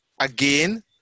Again